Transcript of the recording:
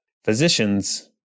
Physicians